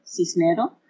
Cisnero